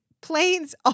planes